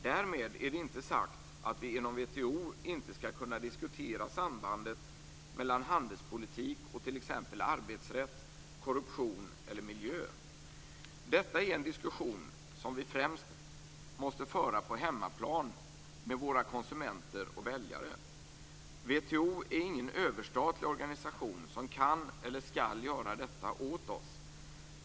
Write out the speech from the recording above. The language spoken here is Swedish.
Därmed är det inte sagt att vi inom WTO inte skall kunna diskutera sambandet mellan handelspolitik och t.ex. arbetsrätt, korruption eller miljö. Detta är en diskussion som vi främst måste föra på hemmaplan med våra konsumenter och väljare. WTO är ingen överstatlig organisation som kan eller skall göra detta åt oss.